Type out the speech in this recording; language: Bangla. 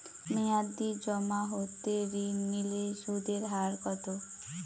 মেয়াদী জমা হতে ঋণ নিলে সুদের হার কত?